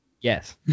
Yes